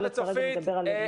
צופית ואפרת,